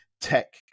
tech